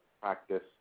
practice